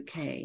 UK